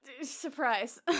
Surprise